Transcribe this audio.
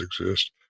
exist